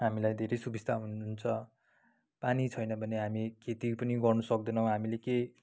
हामीलाई धेरै सुबिस्ता हुन्छ पानी छैन भने हामी खेती पनि गर्न सक्दैनौँ हामीले के